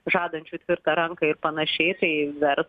žadančių tvirtą ranką ir panašiai tai ver